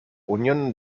unión